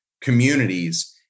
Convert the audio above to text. communities